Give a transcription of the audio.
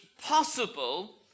possible